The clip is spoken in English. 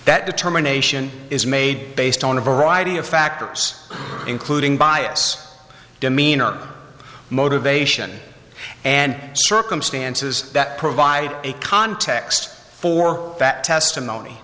that determination is made based on a variety of factors including bias demeanor motivation and circumstances that provide a context for that testimony